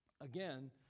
again